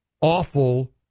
awful